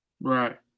right